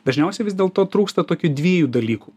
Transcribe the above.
dažniausiai vis dėlto trūksta tokių dviejų dalykų